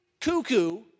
cuckoo